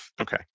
Okay